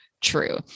true